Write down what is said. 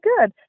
good